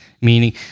meaning